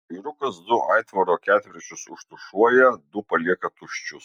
vyrukas du aitvaro ketvirčius užtušuoja du palieka tuščius